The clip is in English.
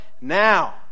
now